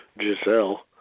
Giselle